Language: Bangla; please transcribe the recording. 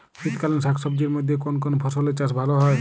শীতকালীন শাকসবজির মধ্যে কোন কোন ফসলের চাষ ভালো হয়?